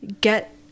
get